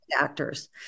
actors